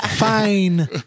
fine